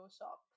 shop